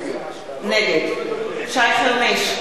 נגד שי חרמש,